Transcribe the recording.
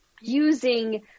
using